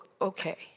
okay